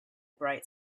bright